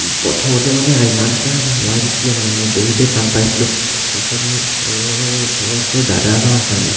প্ৰথমতে মানে ইমানটা নোৱাৰিছিলোঁৱে মানে মই বহুতেই টান পাইছিলোঁ পাছত মোৰ ওচৰৰ ঘৰৰ ওচৰৰ দাদা এজন আছে মানে